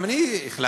גם אני החלטתי,